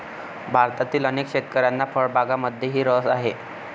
भारतातील अनेक शेतकऱ्यांना फळबागांमध्येही रस आहे